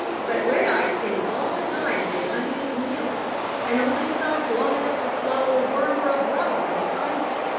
but redeye sings all the time he is hunting his meals and only stops long enough to swallow a worm or a bug when he finds it.